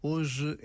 Hoje